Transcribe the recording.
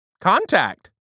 Contact